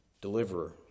deliverer